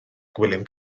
gwilym